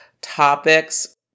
topics